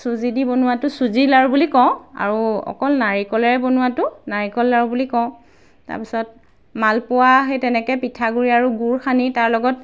চুজি দি বনোৱাটো চুজি লাড়ু বুলি কওঁ আৰু অকল নাৰিকলেৰে বনোৱাটো নাৰিকল লাড়ু বুলি কওঁ তাৰপিছত মালপোৱা সেই তেনেকৈ পিঠাগুড়ি আৰু গুৰ সানি তাৰ লগত